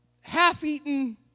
half-eaten